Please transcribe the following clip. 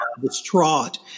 distraught